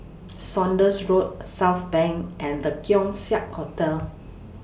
Saunders Road Southbank and The Keong Saik Hotel